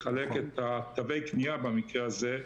תווי קנייה במקרה הזה,